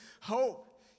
hope